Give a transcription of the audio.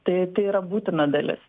tai tai yra būtina dalis